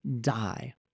die